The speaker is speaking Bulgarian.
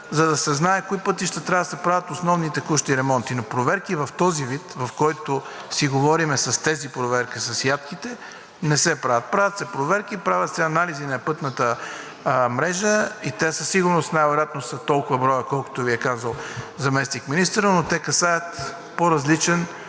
за да се знае на кои пътища трябва да се правят основни и текущи ремонти. Но проверки в този вид, в който си говорим, с тези проверки с ядките не се правят. Правят се проверки, правят се анализи на пътната мрежа и те със сигурност най-вероятно са толкова броя, колкото Ви е казал заместник-министърът, но те касаят по-различни